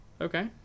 Okay